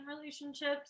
relationships